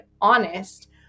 honest